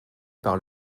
par